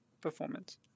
performance